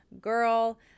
girl